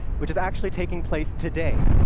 which is actually taking place today,